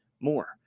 more